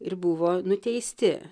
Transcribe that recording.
ir buvo nuteisti